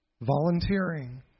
volunteering